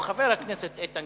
חבר הכנסת יצחק וקנין, איננו.